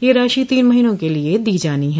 यह राशि तीन महीनों के लिए दी जानी है